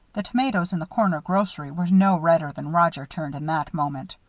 the tomatoes in the corner grocery were no redder than roger turned in that moment.